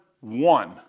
one